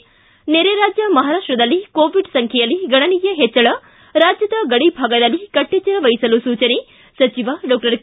ಿ ನೆರೆ ರಾಜ್ಯ ಮಹಾರಾಷ್ವದಲ್ಲಿ ಕೋವಿಡ್ ಸಂಬೈಯಲ್ಲಿ ಗಣನೀಯ ಹೆಚ್ಚಳ ರಾಜ್ಯದ ಗಡಿಭಾಗದಲ್ಲಿ ಕಟ್ಟೆಚ್ಚರ ವಹಿಸಲು ಸೂಚನೆ ಸಚಿವ ಡಾಕ್ಟರ್ ಕೆ